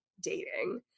dating